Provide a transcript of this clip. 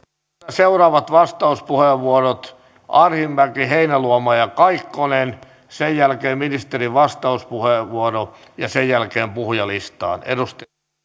seuraavat vastauspuheenvuorot arhinmäki heinäluoma ja kaikkonen sen jälkeen ministerin vastauspuheenvuoro ja sen jälkeen puhujalistaan arvoisa